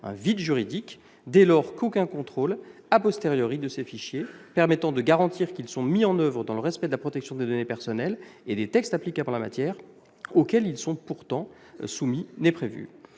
vide juridique, dans la mesure où aucun contrôle de ces fichiers, qui permettrait de garantir leur mise en oeuvre dans le respect de la protection des données personnelles et des textes applicables en la matière, auxquels ils sont pourtant soumis, n'est prévu.